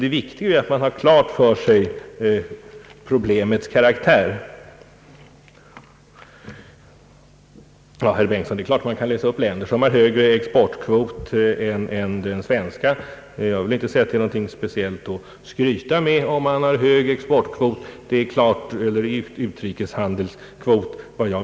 Det viktigaste är att man har problemets karaktär klar för sig. Herr Bengtson, det är mycket lätt att leta upp länder som har högre exportkvot än den svenska. Jag vill inte säga att det är något speciellt att skryta med om man har hög exportkvot eller utrikeshandelskvot.